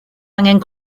angen